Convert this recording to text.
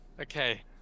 Okay